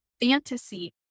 fantasy